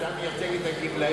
אתה גם מייצג את הגמלאים.